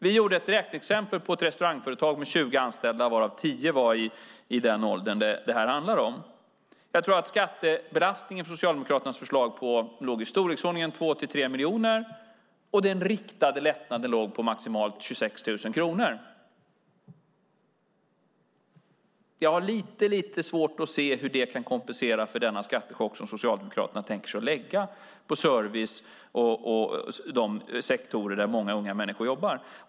Vi gjorde ett räkneexempel på ett restaurangföretag med 20 anställda varav 10 var i den ålder detta handlar om. Jag tror att skattebelastningen för Socialdemokraternas förslag låg på i storleksordningen 2-3 miljoner, och den riktade lättnaden låg på maximalt 26 000 kronor. Jag har lite svårt att se hur detta kan kompensera för den skattechock som Socialdemokraterna tänker sig att de ska lägga på service och de sektorer där många unga människor jobbar.